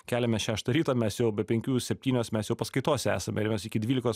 keliamės šeštą ryto mes jau be penkių septynios mes jau paskaitose esam ir mes iki dvylikos